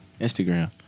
Instagram